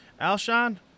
Alshon